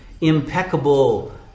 impeccable